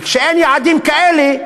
וכשאין יעדים כאלה,